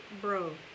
bro